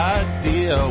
idea